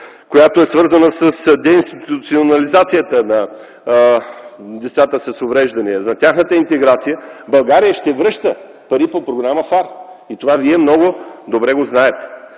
която е свързана с деинституциализацията на децата с увреждания, за тяхната интеграция, България ще връща пари по Програма ФАР. И това Вие много добре го знаете.